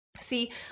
See